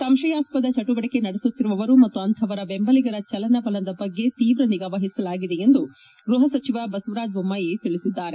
ಸಂಶಯಾಸ್ವದ ಚಿಟುವಟಿಕೆ ನಡೆಸುತ್ತಿರುವವರು ಮತ್ತು ಅಂಥವರ ಬೆಂಬಲಿಗರ ಚಲನವಲನದ ಬಗ್ಗೆ ತೀವ್ರ ನಿಗಾ ವಹಿಸಲಾಗಿದೆ ಎಂದು ಗೃಪ ಸಚಿವ ಬಸವರಾಜ ದೊಮ್ನಾಯಿ ತಿಳಿಸಿದ್ದಾರೆ